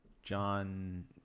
John